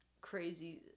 crazy